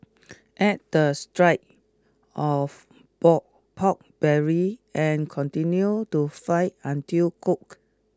add the strips of pork pork belly and continue to fry until cooked